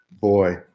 boy